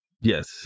Yes